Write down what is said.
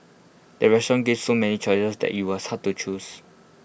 the restaurant gave so many choices that IT was hard to choose